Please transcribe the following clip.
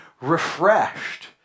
refreshed